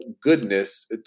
goodness